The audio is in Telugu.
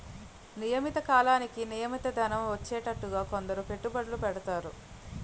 నియమిత కాలానికి నియమిత ధనం వచ్చేటట్టుగా కొందరు పెట్టుబడులు పెడతారు